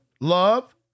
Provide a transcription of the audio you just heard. love